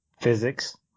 physics